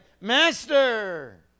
Master